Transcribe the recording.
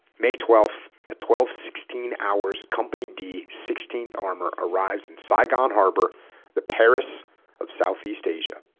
may twelve at twelve sixteen hours company d sixteenth armor arrives in saigon harbor the paris of southeast asia